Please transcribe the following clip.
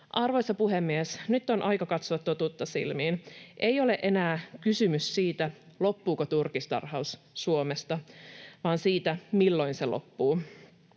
Arvoisa puhemies! Nyt on aika katsoa totuutta silmiin. Ei ole enää kysymys siitä, loppuuko turkistarhaus Suomesta, vaan siitä, milloin se loppuu.